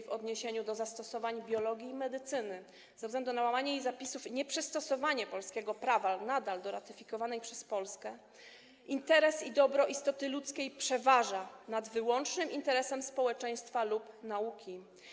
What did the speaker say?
w odniesieniu do zastosowań biologii i medycyny ze względu na łamanie jej zapisów, nieprzystosowanie nadal polskiego prawa do ratyfikowanej przez Polskę konwencji: Interes i dobro istoty ludzkiej przeważa nad wyłącznym interesem społeczeństwa lub nauki.